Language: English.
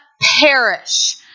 perish